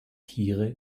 tiere